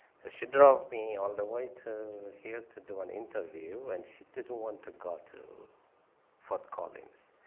so she drove me all the way to here to do an interview, and she didn't want to go to fort collins.